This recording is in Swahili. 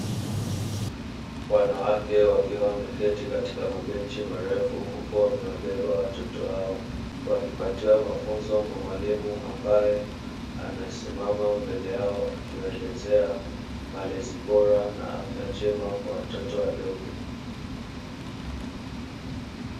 Wanawake wakiwa wameketi katika mabenchi marefu huku wamewabeba watoto wao, wakipatiwa mafunzo ma mwalimu ambae amesimama mbele yao akiwaelezea malezi bora na afya njema kwa watoto wadogo